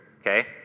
okay